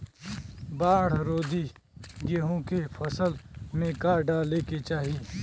बाढ़ रोधी गेहूँ के फसल में का डाले के चाही?